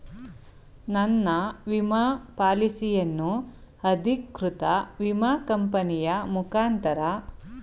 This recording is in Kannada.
ನನ್ನ ವಿಮಾ ಪಾಲಿಸಿಯನ್ನು ಅಧಿಕೃತ ವಿಮಾ ಕಂಪನಿಯ ಮುಖಾಂತರ ಖರೀದಿಸುವುದು ಹೇಗೆ?